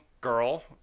girl